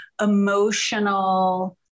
emotional